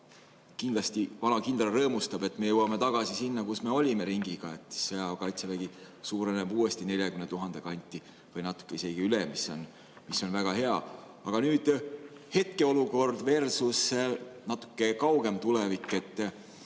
aga kindlasti vana kindral rõõmustab, et me jõuame ringiga tagasi sinna, kus me olime, et sõjaaja kaitsevägi suureneb uuesti 40 000 kanti või natuke isegi üle, mis on väga hea. Aga nüüd hetkeolukordversusnatuke kaugem tulevik.